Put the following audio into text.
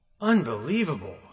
Unbelievable